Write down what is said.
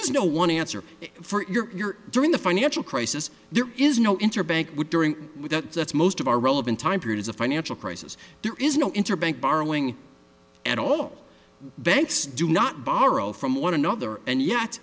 is no one answer for your during the financial crisis there is no interbank would during that that's most of our relevant time periods of financial crisis there is no interbank borrowing at all banks do not borrow from one another and yet